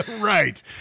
right